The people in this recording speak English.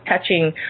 touching